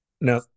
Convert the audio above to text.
now